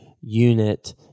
unit